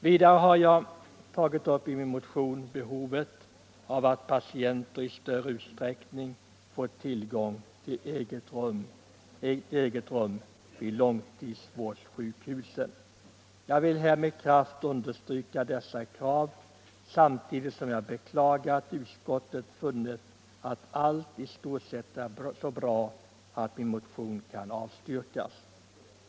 Vidare har jag i min motion framhållit behovet av att patienter i större utsträckning får tillgång till eget rum vid långtidssjukhusen. Jag vill här med kraft understryka detta krav — samtidigt som jag beklagar att utskottet funnit att allt i stort sett är så bra att min motion kan avstyrkas.